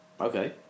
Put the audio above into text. okay